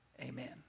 Amen